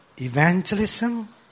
evangelism